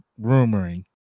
rumoring